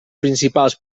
principals